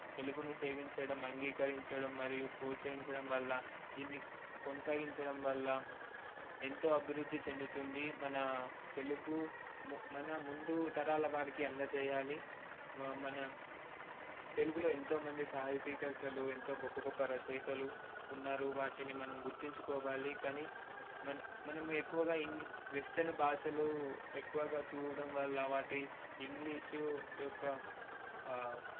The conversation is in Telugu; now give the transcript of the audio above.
తెలుగును సేవించడం అంగీకరించడం మరియు ప్రోత్సహించడం వల్ల దీన్ని కొనసాగించడం వల్ల ఎంతో అబిరుద్ది చెందుతుంది మన తెలుగు మన ముందు తరాల వారికి అందజేయాలి మన తెలుగులో ఎంతోమంది సాహితీకర్తలు ఎంతో గొప్ప గొప్ప రచయితలు ఉన్నారు వాటిని మనం గుర్తించుకోవాలి కనీ మన మనమెక్కువగా ఇంగి వెస్ట్రన్ భాషలు ఎక్కువగా చూడడం వల్ల వాటిని ఇంగ్లీషు యొక్క